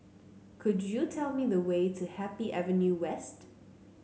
could you tell me the way to Happy Avenue West